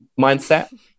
mindset